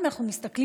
אם אנחנו מסתכלים,